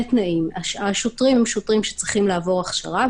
תנאים: השוטרים הם שוטרים שצריכים לעבור הכשרה,